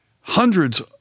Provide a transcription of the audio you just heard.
hundreds